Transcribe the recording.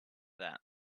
that